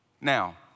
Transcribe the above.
Now